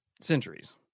Centuries